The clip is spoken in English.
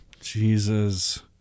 Jesus